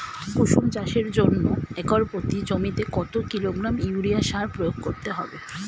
কুসুম চাষের জন্য একর প্রতি জমিতে কত কিলোগ্রাম ইউরিয়া সার প্রয়োগ করতে হবে?